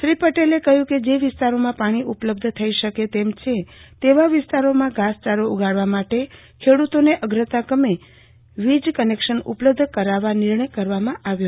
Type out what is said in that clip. શ્રી પટેલે ઉમેર્યુ કે જે વિસ્તારોમાં પાણી ઉપલબ્ધ થઈ શકે તેમ છે તેવા વિસ્તારોમાં ઘાસચારો ઉગાડવા માટે ખેડૂતોને અગ્રતાક્રમે વિજ કનેક્શન ઉપલબ્ધ કરાવવા નિર્ણય કરવામાં આવ્યો